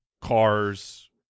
cars